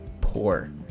poor